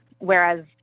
Whereas